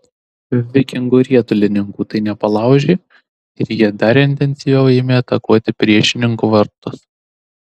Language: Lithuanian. vikingo riedulininkų tai nepalaužė ir jie dar intensyviau ėmė atakuoti priešininko vartus